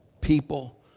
people